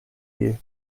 you